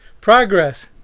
Progress